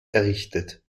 errichtet